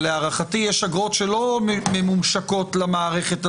אבל הערכתי יש אגרות שלא ממומשקות למערכת הזו.